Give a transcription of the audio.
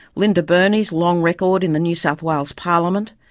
linda burney's long record in the new south wales parliament,